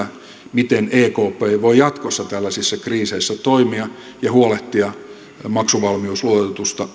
miten ekp voi jatkossa tällaisissa kriiseissä toimia ja huolehtia maksuvalmiusluototuksesta